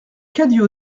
cadio